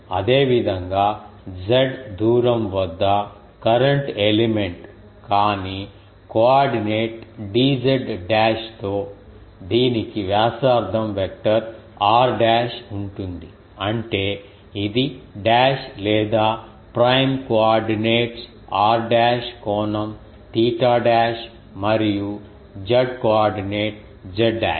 అదేవిధంగా z దూరం వద్ద కరెంట్ ఎలిమెంట్ కానీ కోఆర్డినేట్ dz డాష్తో దీనికి వ్యాసార్థం వెక్టర్ r డాష్ ఉంటుంది అంటే ఇది డాష్ లేదా ప్రైమ్ కోఆర్డినేట్స్ r డాష్ కోణం తీటా డాష్ మరియు z కోఆర్డినేట్ z డాష్